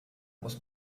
muss